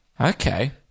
Okay